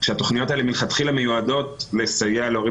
שהתכניות האלה מלכתחילה מיודעות לסייע להורים